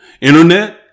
Internet